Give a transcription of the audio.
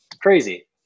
crazy